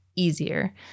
easier